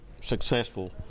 successful